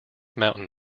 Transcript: mountain